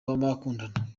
w’abakundana